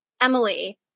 Emily